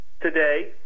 today